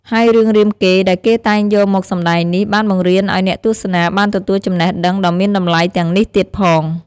ហើយរឿងរាមកេរ្តិ៍ដែលគេតែងយកមកសម្តែងនេះ បានបង្រៀនឲ្យអ្នកទស្សនាបានទទួលចំណេះដឹងដ៏មានតម្លៃទាំងនេះទៀតផង។